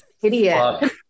idiot